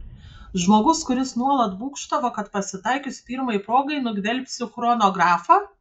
žmogus kuris nuolat būgštavo kad pasitaikius pirmai progai nugvelbsiu chronografą